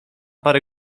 parę